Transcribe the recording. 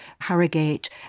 Harrogate